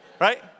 right